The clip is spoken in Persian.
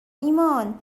ایمان